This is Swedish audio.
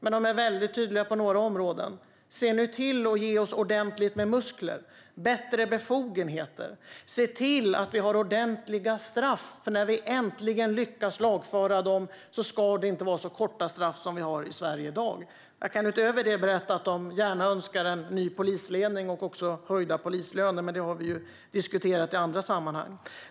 Men de är mycket tydliga på några områden, nämligen att vi ska se till att ge dem ordentligt med muskler, bättre befogenheter. Vidare ska det finnas ordentliga straff. När de kriminella äntligen blir lagförda ska det inte vara så korta straff som det är i Sverige i dag. Jag kan utöver detta berätta att poliserna gärna önskar en ny polisledning och höjda polislöner. Men det har vi diskuterat i andra sammanhang.